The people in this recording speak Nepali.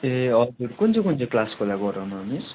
ए हजुर कुन चाहिँ कुन चाहिँ क्लासकोलाई गराउनु मिस